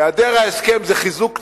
היעדר ההסכם זה חיזוק ציר,